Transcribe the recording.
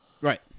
Right